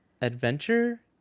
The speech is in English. adventure